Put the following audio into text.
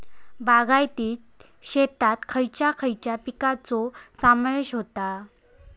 बागायती शेतात खयच्या खयच्या पिकांचो समावेश होता?